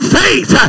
faith